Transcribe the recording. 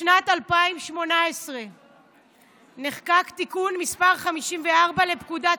בשנת 2018 נחקק תיקון מס' 54 לפקודת,